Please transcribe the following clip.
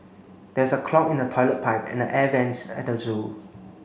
there is a clog in the toilet pipe and the air vents at the zoo